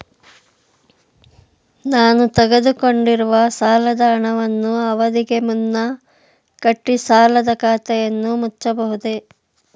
ನಾನು ತೆಗೆದುಕೊಂಡಿರುವ ಸಾಲದ ಹಣವನ್ನು ಅವಧಿಗೆ ಮುನ್ನ ಕಟ್ಟಿ ಸಾಲದ ಖಾತೆಯನ್ನು ಮುಚ್ಚಬಹುದೇ?